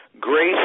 Grace